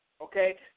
okay